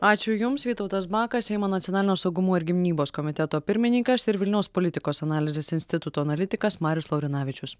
ačiū jums vytautas bakas seimo nacionalinio saugumo ir gynybos komiteto pirmininkas ir vilniaus politikos analizės instituto analitikas marius laurinavičius